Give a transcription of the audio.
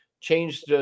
changed